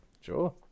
Sure